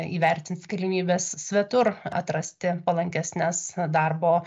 įvertins galimybes svetur atrasti palankesnes darbo